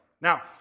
Now